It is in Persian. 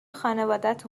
خانوادت